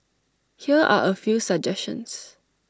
here are A few suggestions